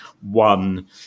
one